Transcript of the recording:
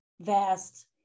vast